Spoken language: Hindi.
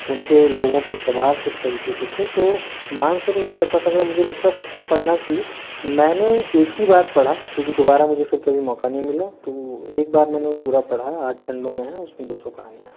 उनके लोगों पे प्रभाव किस तरीके के थे तो मानसरोवर कथा संग्रह मुझे लगता है सबको पढ़ना चाहिए मैंने एक ही बार पढ़ा क्योंकि दोबारा मुझे फिर कभी मौका नहीं मिला तो एक बार मैंने वो पूरा पढ़ा है आठ खण्डों में है उसमें दो सौ कहानियाँ है